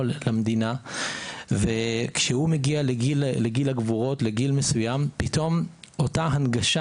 למדינה מגיע לגיל גבורות ופתאום אותה הנגשה